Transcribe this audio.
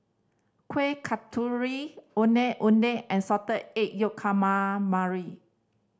Kueh Kasturi Ondeh Ondeh and Salted Egg Yolk Calamari